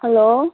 hello